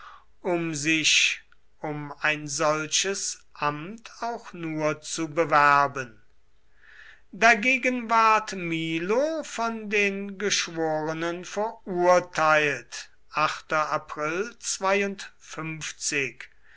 um sich um ein solches amt auch nur zu bewerben dagegen ward milo von den geschworenen verurteilt